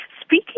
speaking